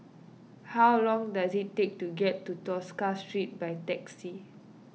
how long does it take to get to Tosca Street by taxi